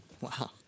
Wow